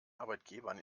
arbeitgebern